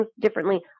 differently